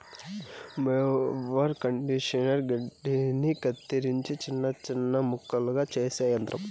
mower conditioner గడ్డిని కత్తిరించి చిన్న చిన్న ముక్కలుగా చేసే యంత్రం